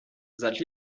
that